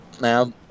now